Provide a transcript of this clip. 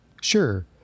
Sure